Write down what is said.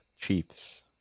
Chiefs